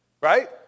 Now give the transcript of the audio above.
Right